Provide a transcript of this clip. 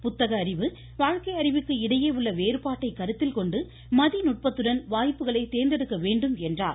புத்தக அறிவு வாழ்க்கை அறிவுக்கு இடையே உள்ள வேறுபாட்டை கருத்தில் கொண்டு மதி நுட்பத்துடன் வாய்ப்புகளை தேர்ந்தெடுக்க வேண்டும் என்றும் கூறினார்